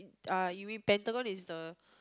ah you mean Pentagon is the